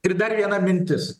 ir dar viena mintis